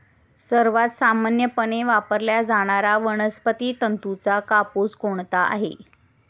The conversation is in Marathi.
सर्वात सामान्यपणे वापरला जाणारा वनस्पती तंतूचा कापूस कोणता आहे?